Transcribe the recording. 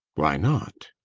why not?